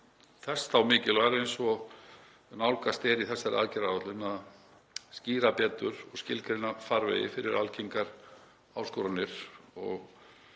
þess þá mikilvægara, eins og nálgast er í þessari aðgerðaáætlun, að skýra betur og skilgreina farvegi fyrir algengar áskoranir og